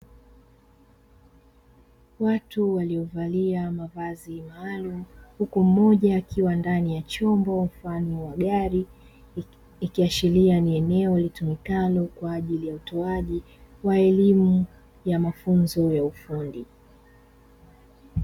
Watu waliovalia mavazi maalumu huku mmoja akiwa ndani ya chombo mfano wa gari, ikiashiria ni eneo litumikalo kwa ajili ya utoaji wa elimu ya mafunzo ya ufundi.